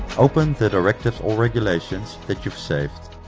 open the directives or regulations that you've saved.